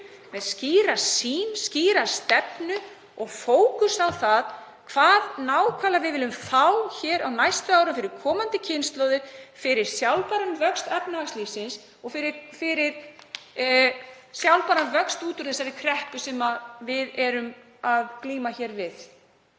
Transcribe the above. með skýra sýn, skýra stefnu og fókus á það hvað nákvæmlega við viljum fá hér á næstu árum fyrir komandi kynslóðir, fyrir sjálfbæran vöxt efnahagslífsins og fyrir sjálfbæran vöxt út úr þeirri kreppu sem við erum að glíma við.